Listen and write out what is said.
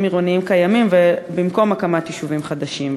עירוניים קיימים במקום הקמת יישובים חדשים.